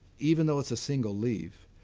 even though it's a single leaf,